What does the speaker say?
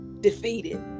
defeated